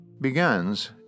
begins